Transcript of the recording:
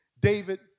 David